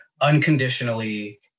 unconditionally